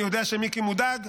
אני יודע שמיקי מודאג,